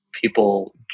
people